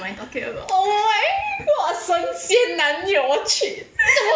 oh my !wah! 神仙男友我去